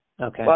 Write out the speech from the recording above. Okay